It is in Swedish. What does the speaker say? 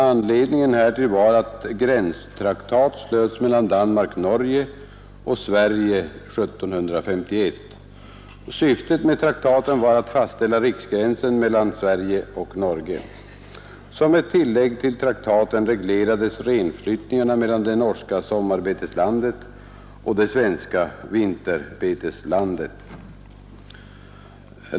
Anledningen härtill var att gränstraktat slöts mellan Danmark-Norge och Sverige 1751. Syftet med traktaten var att fastställa riksgränsen melldn Sverige och Norge. Som ett tillägg till traktaten reglerades renflyttningarna mellan det norska sommarbeteslandet och det svenska vinterbeteslandet.